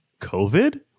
COVID